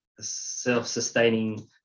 self-sustaining